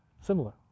similar